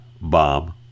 Bomb